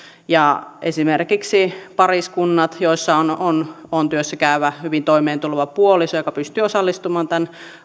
esimerkiksi pariskunnilla joissa on on työssä käyvä hyvin toimeentuleva puoliso joka pystyy osallistumaan tämän